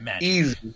Easy